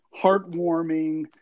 heartwarming